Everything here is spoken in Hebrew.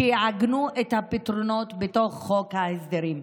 שיעגנו את הפתרונות בתוך חוק ההסדרים.